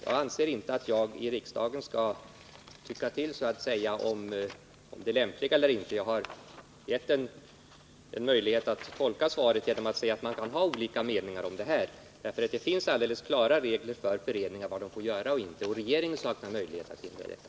Jag anser inte att jag i riksdagen skall tycka till om det lämpliga i att polisföreningar är delägare i spellokaler. Jag har givit en möjlighet att tolka svaret genom att säga att man kan ha olika meningar om det här. Det finns alldeles klara regler om vad föreningar får göra och inte, och regeringen saknar möjlighet att hindra detta.